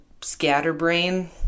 scatterbrain